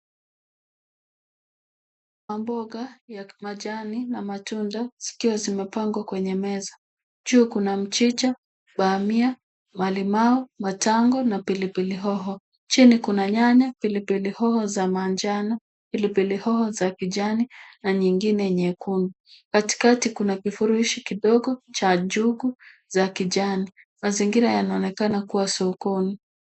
Maboga ya majani na matunda zikiwa zimepangwa kwenye meza. Juu kuna mchicha, bahamia, malimau, matango na pilipili hoho. Chini kuna nyanya, pilipili hoho za manjano, pilipili hoho za kijani na nyingine nyekundu. Katikati kuna kifurushi kidogo cha njugu za kijani. Mazingira yanaonekana kuwa sokoni.